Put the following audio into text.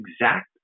exact